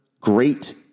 great